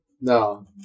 No